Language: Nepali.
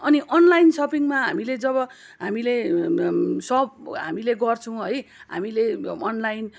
अनि अनलाइन सपिङमा हामीले जब हामीले सप हामीले गर्छौँ है हामीले अलाइन